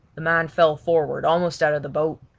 the man fell forward, almost out of the boat.